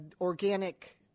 organic